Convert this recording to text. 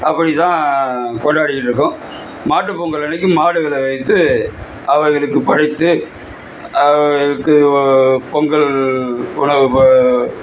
அப்படி தான் கொண்டாடிக்கிட்டு இருக்கோம் மாட்டுப் பொங்கல் அன்றைக்கி மாடுகளை வைத்து அவைகளுக்கு படைத்து அவைகளுக்கு பொங்கல் உணவு ப